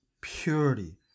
purity